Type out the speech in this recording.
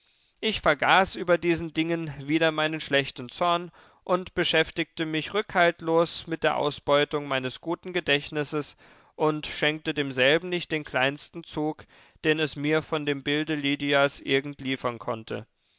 ich vergaß über diesen dingen wieder meinen schlechten zorn und beschäftigte mich rückhaltlos mit der ausbeutung meines guten gedächtnisses und schenkte demselben nicht den kleinsten zug den es mir von dem bilde lydias irgend liefern konnte